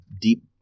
deep